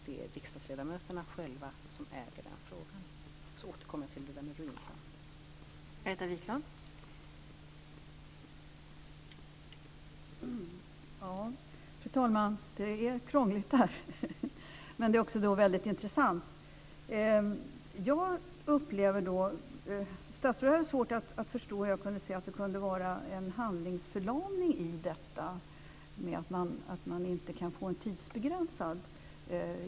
Det är riksdagsledamöterna själva som äger den frågan. Jag återkommer till Ruins utredning senare.